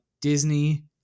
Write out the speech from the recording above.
Disney